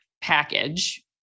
package